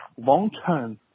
long-term